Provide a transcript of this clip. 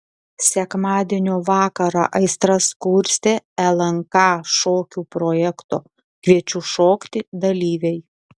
sekmadienio vakarą aistras kurstė lnk šokių projekto kviečiu šokti dalyviai